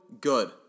Good